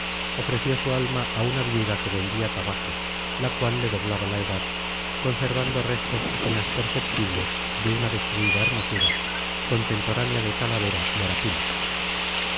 ofreció su alma a una viuda que vendía tabaco la cual le doblaba la edad conservando restos apenas perceptibles de una destruida hermosura contemporánea de talavera y arapiles